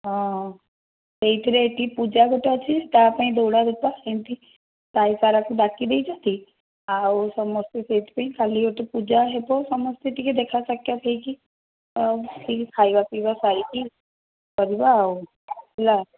ହଁ ଏଇଥିରେ କି ପୂଜା ଗୋଟେ ଅଛି ତା ପାଇଁ ଦଉଡ଼ା ଧପଡ଼ା ଏମିତି ସାଇ ସାରାକୁ ଡାକି ଦେଇଛନ୍ତି ଆଉ ସମସ୍ତେ ସେଥିପାଇଁ କାଲି ଗୋଟେ ପୂଜା ହେବ ସମସ୍ତେ ଟିକେ ଦେଖା ସାକ୍ଷାତ ହେଇକି ମିଶିକି ଖାଇବା ପିଇବା ସାରିକି କରିବା ଆଉ ହେଲା